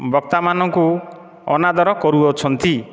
ବକ୍ତାମାନଙ୍କୁ ଅନାଦର କରୁଅଛନ୍ତି